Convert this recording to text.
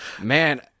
man